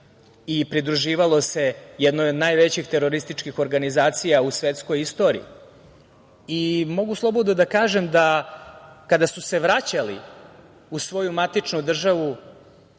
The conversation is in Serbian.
i pridruživalo se jednoj od najvećih terorističkih organizacija u svetskoj istoriji. Mogu slobodno da kažem da kada su se vraćali u svoju matičnu državu,